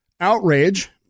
outrage